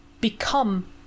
become